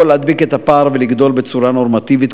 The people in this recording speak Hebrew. להדביק את הפער ולגדול בצורה נורמטיבית,